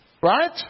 Right